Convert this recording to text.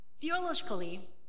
Theologically